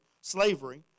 slavery